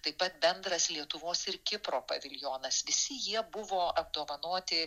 taip pat bendras lietuvos ir kipro paviljonas visi jie buvo apdovanoti